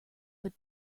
but